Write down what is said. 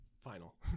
final